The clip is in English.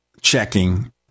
checking